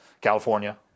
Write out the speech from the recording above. California